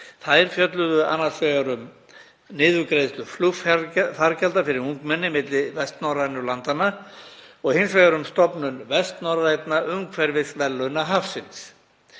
Þær fjölluðu annars vegar um niðurgreiðslu flugfargjalda fyrir ungmenni milli vestnorrænu landanna og hins vegar um stofnun vestnorrænna umhverfisverðlauna hafsins.